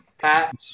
Pat